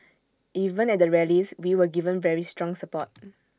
even at the rallies we were given very strong support